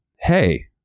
Hey